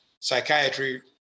psychiatry